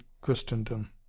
christendom